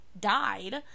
died